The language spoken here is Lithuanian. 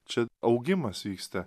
čia augimas vyksta